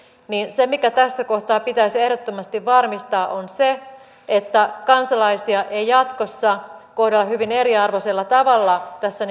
se mikä tässä kohtaa pitäisi ehdottomasti varmistaa on se että kansalaisia ei jatkossa kohdella hyvin eriarvoisella tavalla tässä